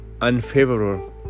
Unfavorable